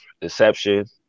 deception